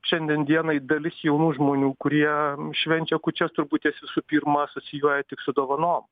šiandien dienai dalis jaunų žmonių kurie švenčia kūčias turbūt jas visų pirma asocijuoja tik su dovanom